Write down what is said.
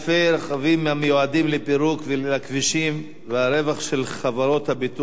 כלי-רכב המיועדים לפירוק והרווח של חברות הביטוח,